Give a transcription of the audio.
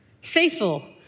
Faithful